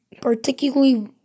particularly